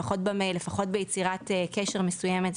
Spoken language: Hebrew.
במייל וביצירת קשר מסוימת.